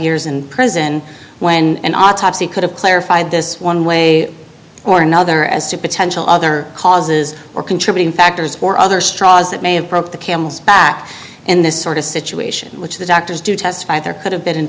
years in prison when an autopsy could have clarified this one way or another as to potential other causes or contributing factors for other straws that may have broke the camel's back in this sort of situation which the doctors do testify there could have been